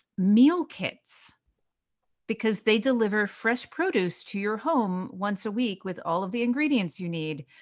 meal kits because they deliver fresh produce to your home once a week with all of the ingredients you need,